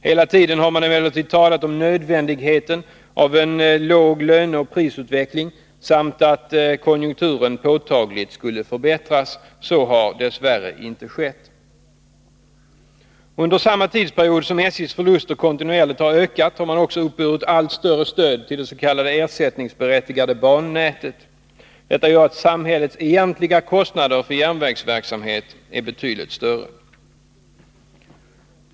Hela tiden har man emellertid talat om nödvändigheten av en låg löneoch prisutveckling samt att konjunkturen påtagligt skulle förbättras. Så har dess värre inte skett. Under samma tidsperiod som SJ:s förluster kontinuerligt ökat har man också uppburit allt större stöd till det s.k. ersättningsberättigade bannätet. Detta gör att samhällets egentliga kostnader för järnvägsverksamhet är betydligt större.